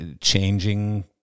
changing